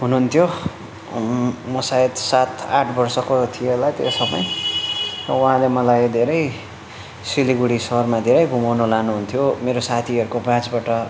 हुनुहुन्थ्यो म सायद सात आठ वर्षको थिएँ होला त्यो समय उहाँले मलाई धेरै सिलगढी सहरमा धेरै घुमाउनु लानु हुन्थ्यो मेरो साथीहरूको बाँसबाट